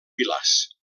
pilars